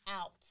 out